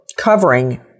Covering